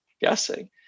guessing